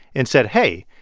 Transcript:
and said, hey,